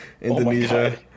Indonesia